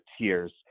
tears